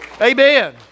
Amen